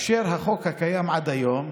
החוק הקיים עד היום,